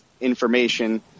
information